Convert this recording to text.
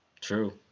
True